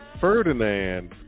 Ferdinand